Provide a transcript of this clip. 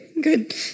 good